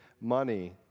money